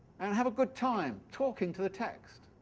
and have a good time talking to the text,